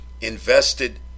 Invested